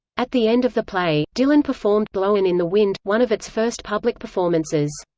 at the end of the play, dylan performed blowin' in the wind, one of its first public performances.